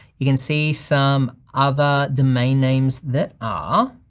you can see some other domain names that ah